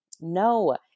No